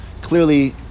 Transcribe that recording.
clearly